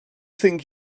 think